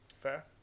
Fair